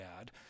add